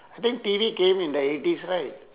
I think T_V came in the eighties right